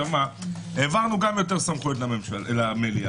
העברנו גם את הסמכויות למליאה,